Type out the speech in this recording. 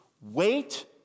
wait